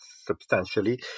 substantially